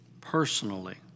personally